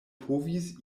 povis